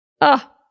Ah